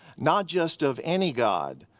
not just of any god,